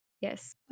Yes